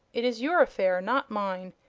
it is your affair, not mine.